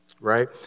right